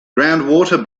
groundwater